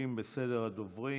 ממשיכים בסדר הדוברים.